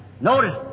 Notice